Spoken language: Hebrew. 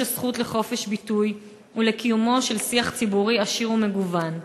הזכות לחופש ביטוי ולקיומו של שיח ציבורי עשיר ומגוון.